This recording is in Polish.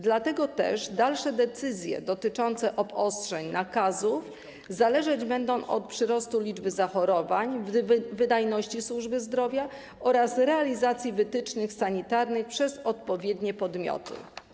Dlatego też dalsze decyzje dotyczące obostrzeń i nakazów zależeć będą od przyrostu liczby zachorowań, wydajności służby zdrowia oraz realizacji wytycznych sanitarnych przez odpowiednie podmioty.